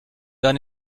dann